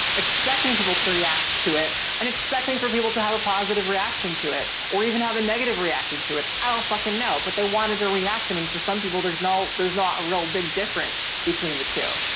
expecting people to react to it and expecting for people to have a positive reaction to it or even have a negative reaction to it. i don't fucking know. but they wanted a reaction. and for some people there's no, there's not a real big difference between the two.